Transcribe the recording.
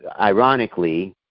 ironically